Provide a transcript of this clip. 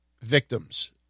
victims